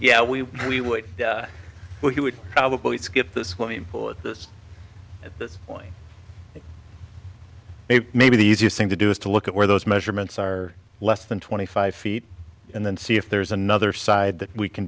yeah we we would but he would probably get the swimming pool at this at this point maybe the easiest thing to do is to look at where those measurements are less than twenty five feet and then see if there's another side that we can